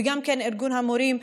וגם עם ארגון המורים,